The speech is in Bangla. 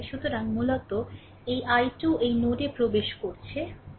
সুতরাং মূলত এই I2 এই নোডে প্রবেশ করছে